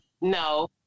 no